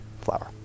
flower